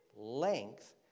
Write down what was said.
length